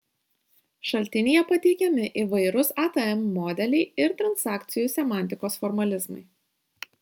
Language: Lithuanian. šaltinyje pateikiami įvairūs atm modeliai ir transakcijų semantikos formalizmai